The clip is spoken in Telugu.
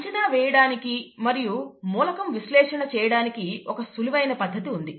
అంచనా వేయడానికి మరియు మూలకం విశ్లేషణ చేయడానికి ఒక సులువైన పద్ధతి ఉన్నది